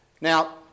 Now